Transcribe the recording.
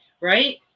right